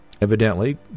Evidently